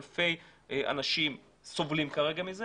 באלפי אנשים שסובלים כרגע מזה